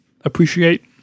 appreciate